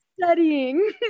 studying